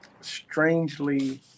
strangely